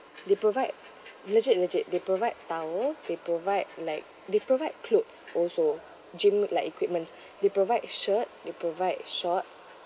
they provide legit legit they provide towels they provide like they provide clothes also gym like equipments they provide shirt they provide shorts